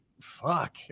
fuck